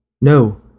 No